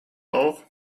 bauch